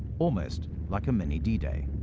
almost like a mini d-day.